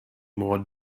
more